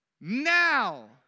Now